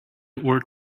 were